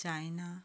China